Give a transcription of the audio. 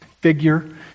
figure